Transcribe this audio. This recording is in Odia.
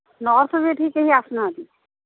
ନର୍ସ ବି ଏଠିକି କେହି ଆସୁନାହାଁନ୍ତି